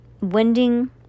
winding